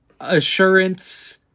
Assurance